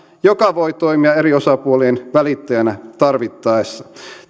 joka voi toimia eri osapuolien välittäjänä tarvittaessa